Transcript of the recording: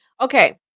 Okay